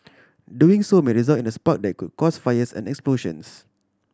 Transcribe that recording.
doing so may result in a spark that could cause fires and explosions